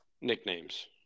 Nicknames